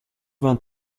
vingt